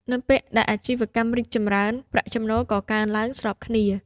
នៅពេលដែលអាជីវកម្មរីកចម្រើន ប្រាក់ចំណូលក៏កើនឡើងស្របគ្នា។